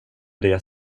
det